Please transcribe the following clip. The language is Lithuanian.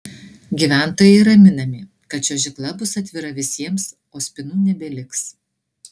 gyventojai raminami kad čiuožykla bus atvira visiems o spynų nebeliks